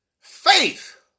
faith